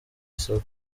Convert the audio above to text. isoko